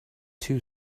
two